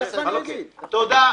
תודה.